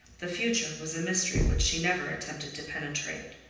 the future was a mystery which she never attempted to penetrate.